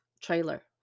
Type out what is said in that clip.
trailer